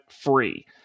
free